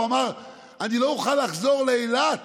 הוא אמר: אני לא אוכל לחזור לאילת